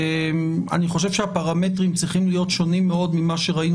אני חושב שהפרמטרים צריכים להיות שונים מאוד ממה שראינו